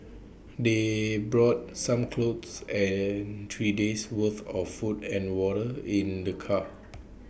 they brought some clothes and three days' worth of food and water in the car